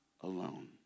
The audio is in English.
alone